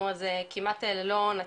כמעט ללא הון עצמי.